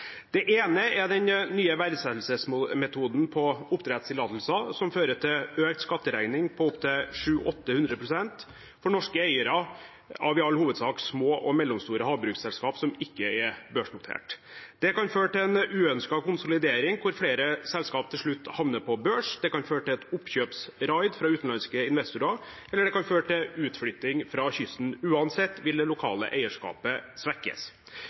Det ene er den nye verdsettelsesmetoden på oppdrettstillatelser, som fører til en økt skatteregning på opptil 700–800 pst. for norske eiere av i all hovedsak små og mellomstore havbruksselskap som ikke er børsnotert. Det kan føre til en uønsket konsolidering hvor flere selskap til slutt havner på børs, det kan føre til et oppkjøpsraid fra utenlandske investorer, eller det kan føre til utflytting fra kysten. Uansett vil det lokale eierskapet svekkes.